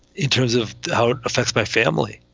in terms of how it affects my family.